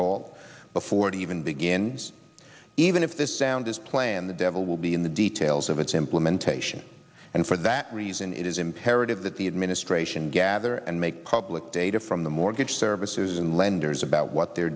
halt before it even begins even if this sound is planned the devil will be in the details of its implementation and for that reason it is imperative that the administration gather and make public data from the mortgage services and lenders about what they're